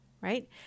Right